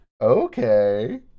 Okay